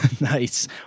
Nice